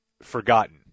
forgotten